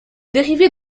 dérivée